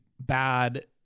bad